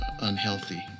unhealthy